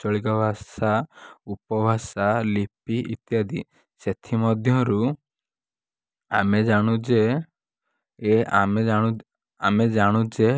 ଆଞ୍ଚଳିକ ଭାଷା ଉପଭାଷା ଲିପି ଇତ୍ୟାଦି ସେଥିମଧ୍ୟରୁ ଆମେ ଜାଣୁ ଯେ ଏ ଆମେ ଜାଣୁ ଆମେ ଜାଣୁ ଯେ